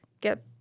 get